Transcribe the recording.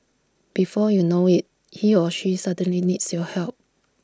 before you know IT he or she suddenly needs your help